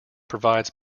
provides